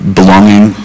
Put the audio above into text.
belonging